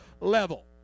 level